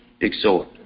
exhort